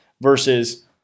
versus